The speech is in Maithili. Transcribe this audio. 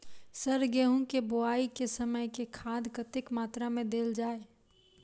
सर गेंहूँ केँ बोवाई केँ समय केँ खाद कतेक मात्रा मे देल जाएँ?